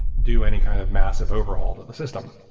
do any kind of massive overhaul to the system.